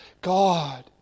God